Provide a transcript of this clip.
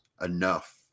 enough